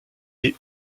est